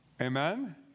Amen